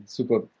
Super